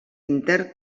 intern